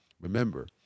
Remember